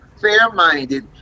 fair-minded